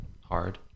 hard